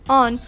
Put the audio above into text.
on